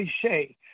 cliche